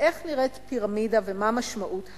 איך נראית פירמידה ומה משמעות השרשור,